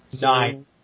Nine